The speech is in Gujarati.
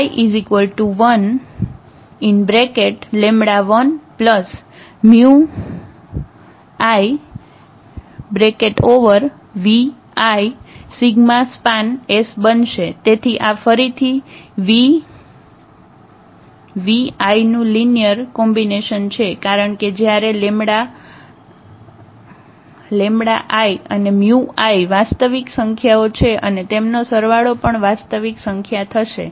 તેથી આ ફરીથી vi નું લિનિયર કોમ્બિનેશન છે કારણ કે જયારે i અને i વાસ્તવિક સંખ્યાઓ છે અને તેમનો સરવાળો પણ વાસ્તવિક સંખ્યા થશે